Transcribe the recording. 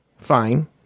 fine